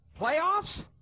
playoffs